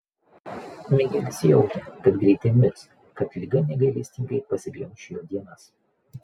migelis jautė kad greitai mirs kad liga negailestingai pasiglemš jo dienas